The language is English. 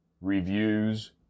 reviews